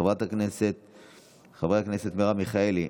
חברי הכנסת מרב מיכאלי,